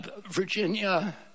Virginia